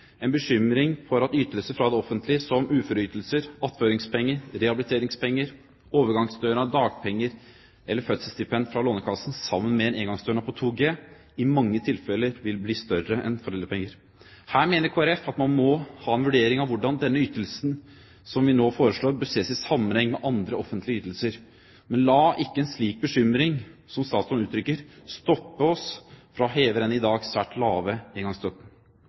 en bekymring for at ytelser fra det offentlige som uføreytelser, attføringspenger, rehabiliteringspenger, overgangsstønad, dagpenger eller fødselsstipend fra Lånekassen, sammen med en engangsstønad på 2 G, i mange tilfeller vil bli større enn foreldrepenger. Her mener Kristelig Folkeparti at man må ha en vurdering av hvordan denne ytelsen som vi nå foreslår, bør ses i sammenheng med andre offentlige ytelser. Men la ikke en slik bekymring som statsråden uttrykker, stoppe oss fra å heve den i dag svært lave engangsstøtten.